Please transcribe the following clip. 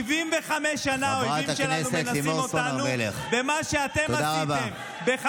חברת הכנסת לימור סון הר מלך, תודה רבה.